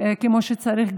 כמו שצריך,